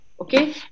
Okay